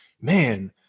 man